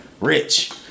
rich